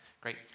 Great